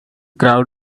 crowd